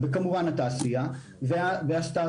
כמובן גם התעשייה והסטארט-אפים.